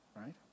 right